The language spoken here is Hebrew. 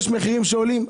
המחירים עולים,